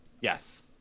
Yes